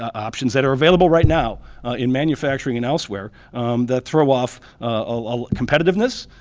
options that are available right now in manufacturing and elsewhere that throw off ah competitiveness,